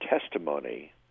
testimony